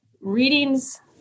readings